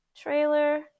trailer